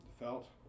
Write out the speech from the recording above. Felt